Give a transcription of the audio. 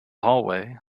hallway